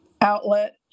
outlet